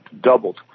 doubled